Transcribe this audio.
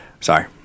Sorry